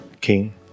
King